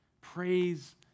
Praise